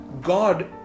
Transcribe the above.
God